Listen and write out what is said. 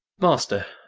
master,